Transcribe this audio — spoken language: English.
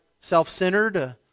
self-centered